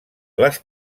les